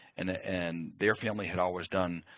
and ah and their family had always done